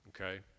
okay